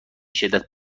شدت